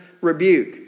rebuke